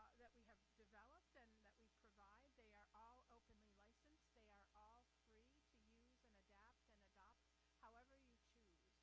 that we have developed, and that we provide. they are all openly licensed, they are all free to use and adapt and adopt however you choose.